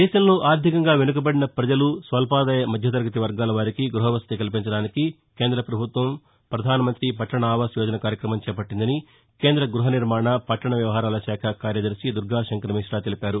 దేశంలో ఆర్టికంగా వెనుకబడిన పజలు స్వల్పాదాయ మధ్యతరగతి వర్గాల వారికి గృహవసతి కల్పించడానికే కేంద్రపభుత్వం ప్రధానమంతి పట్టణ ఆవాస్ యోజన కార్యక్రమం చేపట్టిందని కేంద్ర గృహ నిర్మాణ పట్లణ వ్యవహారాల శాఖ కార్యదర్శి దుర్గాశంకర్ మి్రా తెలిపారు